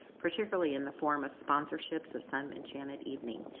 particularly in the form of sponsorships of some enchanted evening.